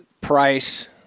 price